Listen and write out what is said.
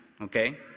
okay